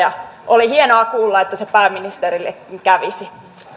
oli hienoa kuulla että se pääministerillekin kävisi tässäkään